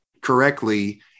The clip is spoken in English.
correctly